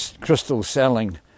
crystal-selling